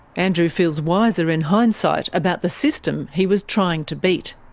andrew feels wiser in hindsight about the system he was trying to beat.